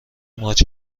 ماچ